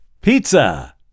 Pizza